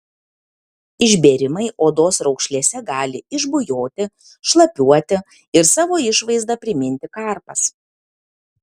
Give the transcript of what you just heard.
išbėrimai odos raukšlėse gali išbujoti šlapiuoti ir savo išvaizda priminti karpas